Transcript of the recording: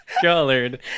colored